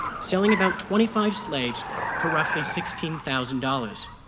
selling about twenty five slaves for roughly sixteen thousand dollars.